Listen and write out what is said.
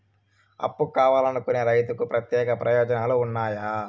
అప్పు కావాలనుకునే రైతులకు ప్రత్యేక ప్రయోజనాలు ఉన్నాయా?